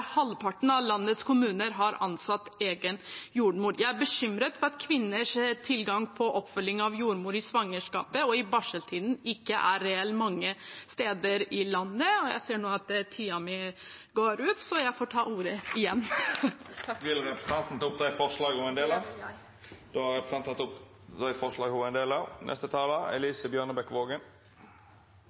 halvparten av landets kommuner har ansatt en egen jordmor. Jeg er bekymret for at kvinners tilgang til oppfølging av jordmor i svangerskapet og i barseltiden ikke er reell mange steder i landet. Jeg ser nå at tiden min renner ut, så jeg får ta ordet igjen senere. Vil representanten Sheida Sangtarash ta opp dei forslaga Senterpartiet og SV har i saka? Det vil jeg. Representanten Sheida Sangtarash har teke opp dei forslaga ho